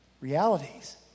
realities